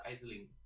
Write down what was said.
idling